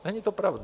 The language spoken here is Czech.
Není to pravda.